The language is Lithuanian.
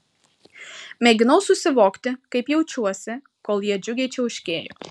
mėginau susivokti kaip jaučiuosi kol jie džiugiai čiauškėjo